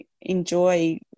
enjoy